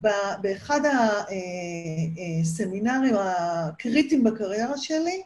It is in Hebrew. באחד הסמינרים הקריטיים בקריירה שלי.